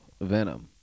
Venom